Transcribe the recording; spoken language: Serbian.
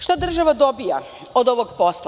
Šta država dobija od ovog posla?